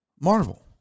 Marvel